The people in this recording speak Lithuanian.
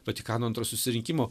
vatikano antro susirinkimo